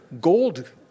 gold